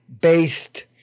based